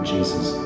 Jesus